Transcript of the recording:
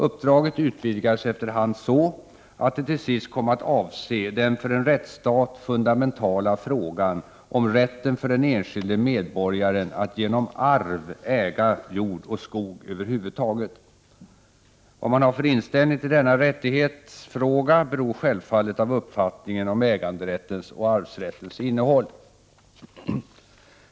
Uppdraget utvidgades efter hand så, att det till sist kom att avse den för en rättsstat fundamentala frågan om rätten för den enskilde medborgaren att genom arv äga jord och skog över huvud taget. Vad man har för inställning till denna rättighetsfråga beror självfallet på uppfattningen om äganderättens och arvsrättens innehåll.